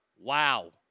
wow